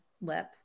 lip